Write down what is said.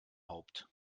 haupt